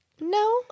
No